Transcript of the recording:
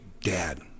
Dad